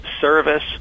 service